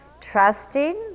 trusting